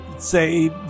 say